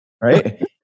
right